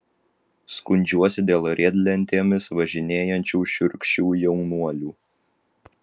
skundžiuosi dėl riedlentėmis važinėjančių šiurkščių jaunuolių